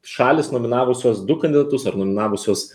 šalys nominavusios du kandidatus ar nominavusios